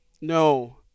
No